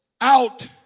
Out